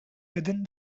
within